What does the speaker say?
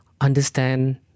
understand